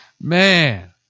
Man